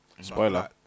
Spoiler